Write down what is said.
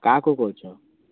କାହାକୁ କହିଛ